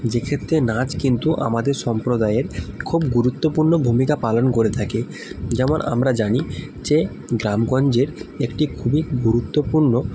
যে ক্ষেত্রে নাচ কিন্তু আমাদের সম্প্রদায়ের খুব গুরুত্বপূর্ণ ভূমিকা পালন করে থাকে যেমন আমরা জানি যে গ্রামগঞ্জের একটি খুবই গুরুত্বপূর্ণ